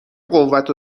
قوت